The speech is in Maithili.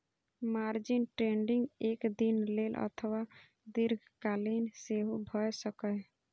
मार्जिन ट्रेडिंग एक दिन लेल अथवा दीर्घकालीन सेहो भए सकैए